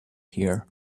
here